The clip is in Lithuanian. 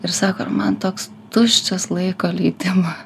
ir sako man toks tuščias laiko leidimas